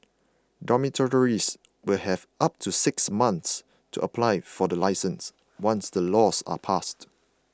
dormitories will have up to six months to apply for the licences once the laws are passed